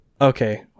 Okay